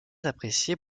appréciées